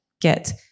get